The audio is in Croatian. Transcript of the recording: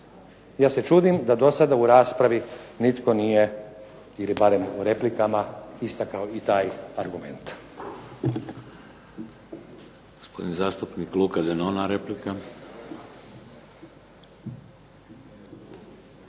Ja se čudim da do sada u raspravi nitko nije ili barem u replikama istakao i taj argument.